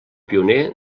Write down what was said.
pioner